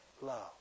love